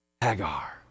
Hagar